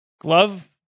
Glove